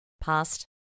past